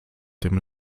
dem